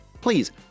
please